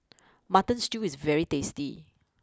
Mutton Stew is very tasty